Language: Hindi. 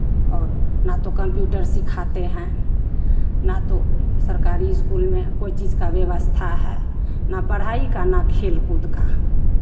और ना तो कंप्यूटर सिखाते हैं ना तो सरकारी स्कूल में कोई चीज़ का व्यवस्था है ना पढ़ाई का ना खेल कूद का